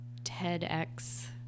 TEDx